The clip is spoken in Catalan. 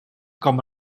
com